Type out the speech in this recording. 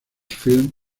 films